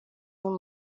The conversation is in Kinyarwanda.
bamwe